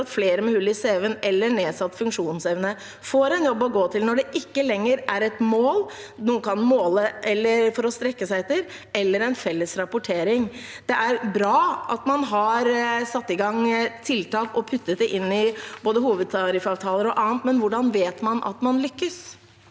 flere med hull i cv-en eller nedsatt funksjonsevne får en jobb å gå til, når det ikke lenger er et mål, noe en kan måle eller strekke seg etter, el ler en felles rapportering? Det er bra at man har satt i gang tiltak og lagt det inn i både hovedtariffavtaler og annet. Men hvordan vet man at man lykkes?